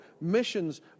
missions